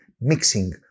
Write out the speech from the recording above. mixing